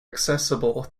accessible